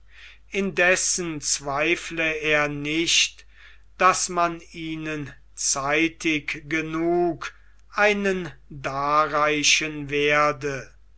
indessen zweifle er nicht daß man ihnen zeitig genug einen darreichen werde